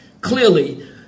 Clearly